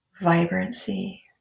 vibrancy